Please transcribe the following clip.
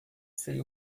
sei